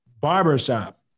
barbershop